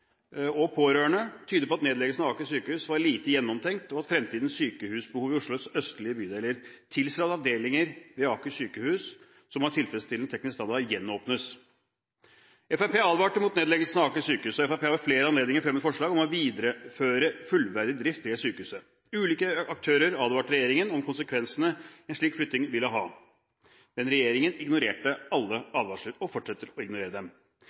og pårørende, tyder på at nedleggelsen av Aker sykehus var lite gjennomtenkt, og at fremtidens sykehusbehov i Oslos østlige bydeler tilsier at avdelinger ved Aker sykehus som har tilfredsstillende teknisk standard, gjenåpnes. Fremskrittspartiet advarte mot nedleggelsen av Aker sykehus. Fremskrittspartiet har ved flere anledninger fremmet forslag om å videreføre fullverdig drift ved sykehuset. Ulike aktører advarte regjeringen om konsekvensene en slik flytting ville ha, men regjeringen ignorerte alle advarsler – og fortsetter å ignorere dem.